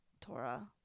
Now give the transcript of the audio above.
Torah